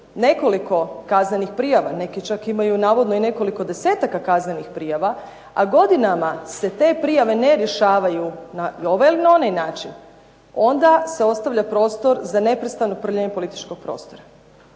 nekoliko kaznenih prijava, neki čak imaju navodno i nekoliko desetaka kaznenih prijava, a godinama se te prijave ne rješavaju na ovaj ili onaj način onda se ostavlja prostor za neprestano prljanje političkog prostora.